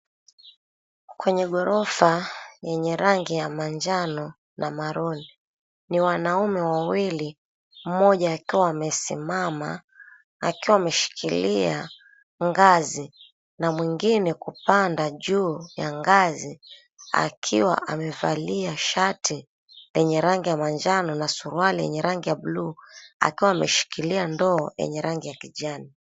Kwenye ghorofa yenye rangi ya manjano na maroon ni wanaume wawili, mmoja akiwa amesimama akiwa ameshikilia ngazi, na mwingine kupanda juu ya ngazi akiwa amevalia shati lenye rangi ya manjano na suruali yenye rangi ya buluu, akiwa ameshikilia ndoo yenye rangi ya kijani.